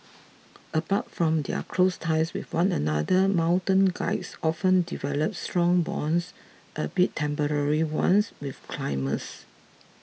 apart from their close ties with one another mountain guides often develop strong bonds albeit temporary ones with climbers